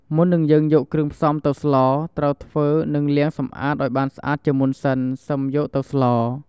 មុននឹងយើងយកគ្រឿងផ្សំទៅស្ល ត្រូវធ្វើនិងលាងសម្អាតឱ្យបានស្អាតជាមុនសិនសឹមយកទៅស្ល។